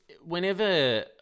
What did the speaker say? whenever